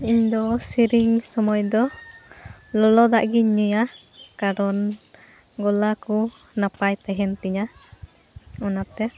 ᱤᱧᱫᱚ ᱥᱮᱨᱮᱧ ᱥᱚᱢᱚᱭᱫᱚ ᱞᱚᱞᱚ ᱫᱟᱜ ᱜᱮᱧ ᱧᱩᱭᱟ ᱠᱟᱨᱚᱱ ᱜᱚᱞᱟᱠᱚ ᱱᱟᱯᱟᱭ ᱛᱮᱦᱮᱱᱛᱤᱧᱟᱹ ᱚᱱᱟᱛᱮ